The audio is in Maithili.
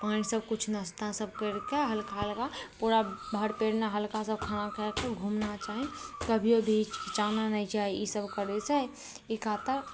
पानि सभ किछु नास्ता सभ कैरिके हल्का हल्का पूरा भैर पेट नहि हल्का सा खाना खाके घुमना चाही कभियो भी हिचकिचाना नहि चाही ई सभ करै से ई खातिर